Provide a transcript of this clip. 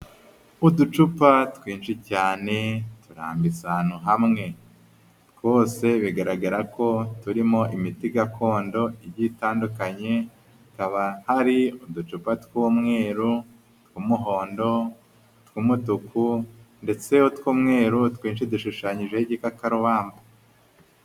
Uducupa twinshi cyane turambitse ahantu hamwe. Twose bigaragara ko turimo imiti gakondo igiye tandukanye, hakaba hari uducupa tw'umweru, utw'uhondo, utw'umutuku ndetse utw'umweru twinshi dushushanyijeho igikakarubamba.